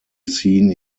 seen